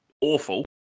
awful